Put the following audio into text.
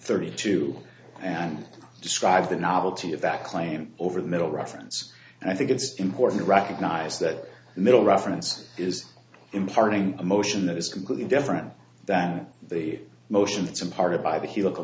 thirty two and describe the novelty of that claim over the middle reference and i think it's important to recognize that middle reference is imparting emotion that is completely different than the motions imparted by the hue local